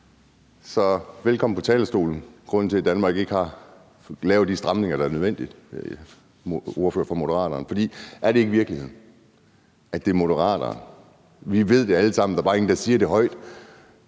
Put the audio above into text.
for Moderaterne – grunden til, at Danmark ikke har lavet de stramninger, der er nødvendige. Er det ikke virkeligheden, at det er Moderaterne? Vi ved det alle sammen. Der er bare ingen, der siger det højt.